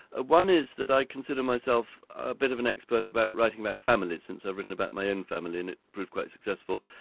ah one is that i consider myself a bit of an expert about writing about families, since i've written about my own family and it proved quite successful,